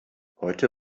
heute